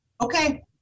Okay